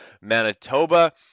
Manitoba